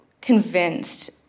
convinced